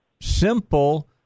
simple